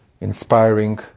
inspiring